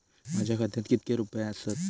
माझ्या खात्यात कितके रुपये आसत?